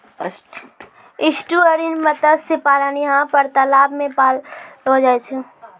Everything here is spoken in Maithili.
एस्टुअरिन मत्स्य पालन यहाँ पर तलाव मे पाललो जाय छै